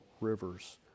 rivers